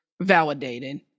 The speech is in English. validated